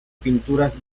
pinturas